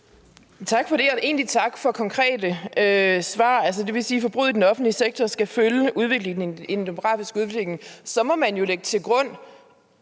Tak for det. Jeg vil egentlig takke for konkrete svar. Det vil sige, at forbruget i den offentlige sektor skal følge den demografiske udvikling. Så må man jo lægge til grund,